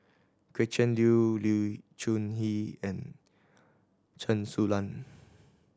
Gretchen Liu Lee Choon Kee and Chen Su Lan